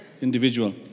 individual